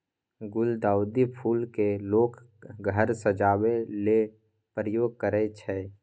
गुलदाउदी फुल केँ लोक घर सजेबा लेल प्रयोग करय छै